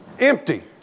empty